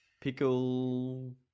pickle